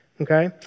okay